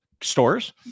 stores